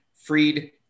Freed